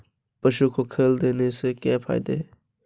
पशु को खल देने से क्या फायदे हैं?